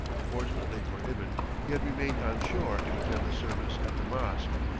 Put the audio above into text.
fortunately for ibn he had remained on shore to attend the service at the mosque,